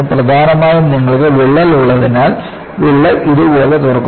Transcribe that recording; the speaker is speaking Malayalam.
പ്രധാനമായും നിങ്ങൾക്ക് വിള്ളൽ ഉള്ളതിനാൽ വിള്ളൽ ഇതുപോലെ തുറക്കുന്നു